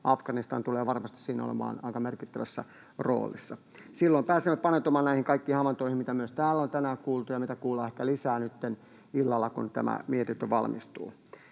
Afganistan tulee varmasti siinä olemaan aivan merkittävässä roolissa. Silloin pääsemme paneutumaan näihin kaikkiin havaintoihin, mitä myös täällä on tänään kuultu ja mitä kuullaan ehkä lisää nytten illalla, kun tämä mietintö valmistuu.